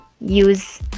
use